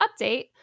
update